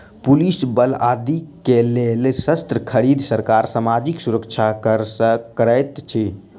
police बल आदि के लेल शस्त्र खरीद, सरकार सामाजिक सुरक्षा कर सँ करैत अछि